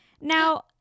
Now